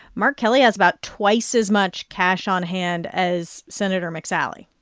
mark kelly has about twice as much cash on hand as sen. mcsally.